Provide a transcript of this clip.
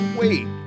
wait